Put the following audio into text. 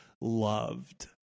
loved